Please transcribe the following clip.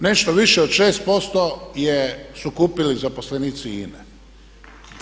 Nešto više od 6% su kupili zaposlenici INA-e.